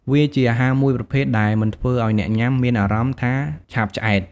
វាជាអាហារមួយប្រភេទដែលមិនធ្វើឲ្យអ្នកញុាំមានអារម្មណ៍ថាឆាប់ឆ្អែត។